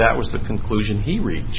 that was the conclusion he rea